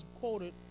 quoted